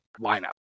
lineup